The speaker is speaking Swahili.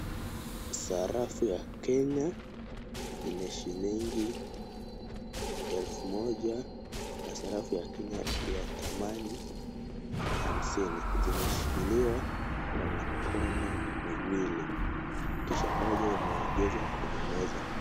Sarafu ya Kenya yenye shilingi elfu moja na sarafu ya Kenya ya dhamani hamsini zimeshikiliwa kwa mikono miwili kisha moja imeegezwa kwenye meza.